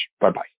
bye-bye